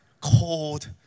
cold